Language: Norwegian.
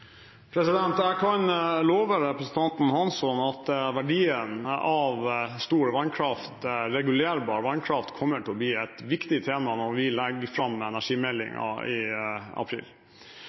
Jeg kan love representanten Hansson at verdien av stor, regulerbar vannkraft kommer til å bli et viktig tema når vi legger fram energimeldingen i april.